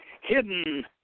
hidden